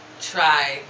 try